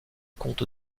compte